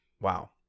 wow